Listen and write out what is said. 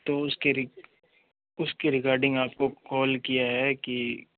तो उसके रिग उसके रिगार्डिंग आपको कॉल किया है कि